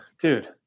dude